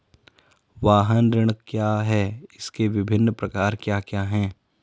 वाहन ऋण क्या है इसके विभिन्न प्रकार क्या क्या हैं?